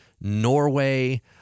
Norway